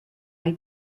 hay